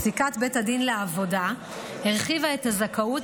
פסיקת בית הדין לעבודה הרחיבה את הזכאות